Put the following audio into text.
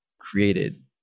created